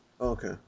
Okay